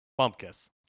bumpkiss